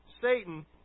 Satan